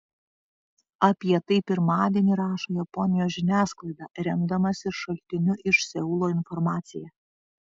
apie tai pirmadienį rašo japonijos žiniasklaida remdamasi šaltinių iš seulo informacija